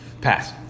Pass